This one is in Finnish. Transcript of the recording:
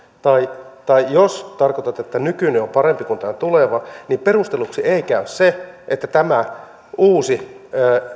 tai tai jos tarkoitatte että nykyinen on parempi kuin tämä tuleva niin perusteluksi ei käy se että tämä uusi